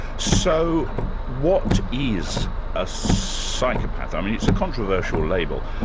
so what is a psychopath? i mean, it's a controversial label.